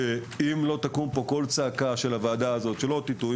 שאם לא יקום פה קול צעקה של הוועדה הזאת אל תטעו,